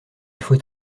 faut